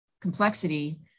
complexity